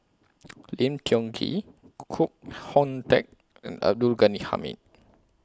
Lim Tiong Ghee Koh Hoon Teck and Abdul Ghani Hamid